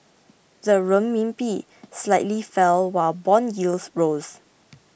the Renminbi slightly fell while bond yields rose